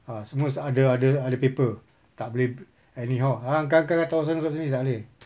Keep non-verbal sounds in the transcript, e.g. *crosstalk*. ah semua se~ ada ada ada paper tak boleh anyhow ah angkat angkat sentuh sana sentuh sini tak boleh *noise*